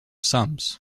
sums